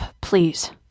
please